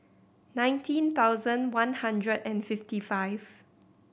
nineteen thousand one hundred and fifty five